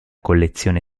collezione